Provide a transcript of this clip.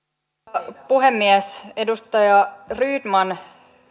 arvoisa puhemies edustaja rydman